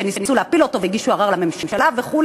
שניסו להפיל אותו והגישו ערר לממשלה וכו'